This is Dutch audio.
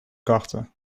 karten